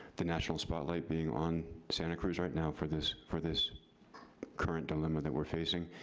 the natural spotlight being on santa cruz right now for this for this current dilemma that we're facing.